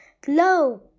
globe